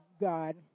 God